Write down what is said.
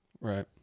right